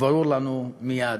ברור לנו מייד